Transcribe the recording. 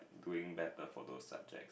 doing that the photo subject